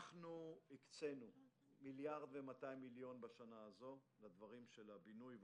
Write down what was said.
אנחנו הקצינו 1.2 מיליארד שקלים בשנה הזו לבינוי ולתוספות,